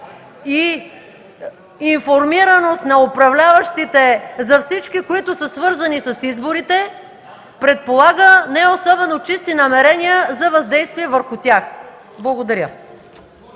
и информираност на управляващите за всички, които са свързани с изборите, предполага не особено чисти намерения за въздействие върху тях. Благодаря.